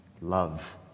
love